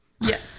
Yes